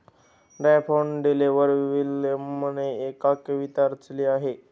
डॅफोडिलवर विल्यमने एक कविता रचली आहे